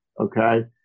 okay